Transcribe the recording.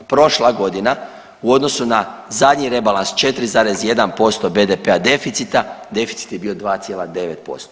Prošla godina u odnosu na zadnji rebalans 4,1% BDP-a deficita, deficit je bio 2,9%